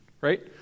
right